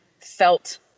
felt